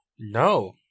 No